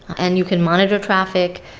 and you can monitor traffic,